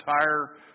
entire